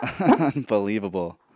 unbelievable